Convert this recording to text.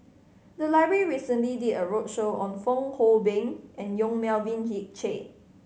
the library recently did a roadshow on Fong Hoe Beng and Yong Melvin Yik Chye